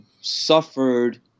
suffered